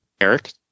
Eric